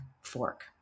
Fork